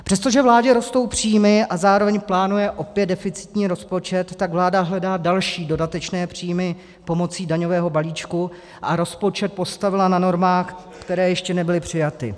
Přestože vládě rostou příjmy a zároveň plánuje opět deficitní rozpočet, tak vláda hledá další dodatečné příjmy pomocí daňového balíčku a rozpočet postavila na normách, které ještě nebyly přijaty.